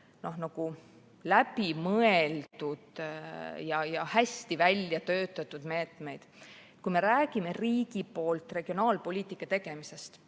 hästi läbi mõeldud ja hästi välja töötatud meetmeid. Kui me räägime riigi poolt regionaalpoliitika elluviimisest,